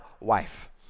wife